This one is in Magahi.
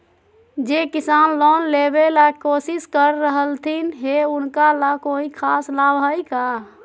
जे किसान लोन लेबे ला कोसिस कर रहलथिन हे उनका ला कोई खास लाभ हइ का?